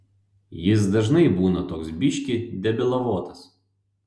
jis dažnai būna toks biškį debilavotas